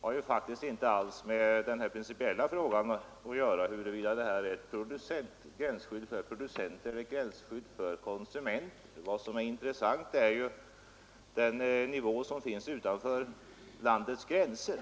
har ju faktiskt inte alls att göra med den principiella frågan huruvida detta är gränsskydd för producenter eller ett gränsskydd för konsumenter. Det intressanta är den nivå som förekommer utanför landets gränser.